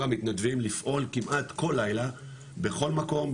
המתנדבים לפעול כמעט כל לילה בכל מקום,